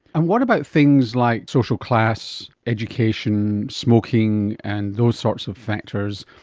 and what about things like social class, education, smoking and those sorts of factors?